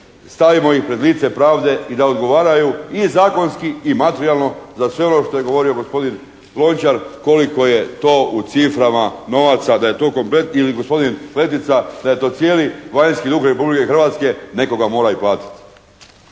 stavimo im pred lice pravde i da odgovaraju i zakonski i materijalno za sve ono što je govorio gospodin Lončar, koliko je to u ciframa novaca, da je to komplet ili gospodin Letica, da je to cijeli vanjski dug Republike Hrvatske, netko ga mora i platiti.